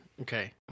Okay